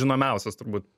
žinomiausias turbūt